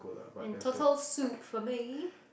and turtle soup for me